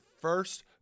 first